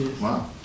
Wow